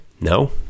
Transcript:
No